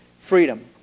freedom